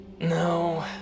No